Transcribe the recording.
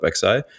XI